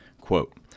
Quote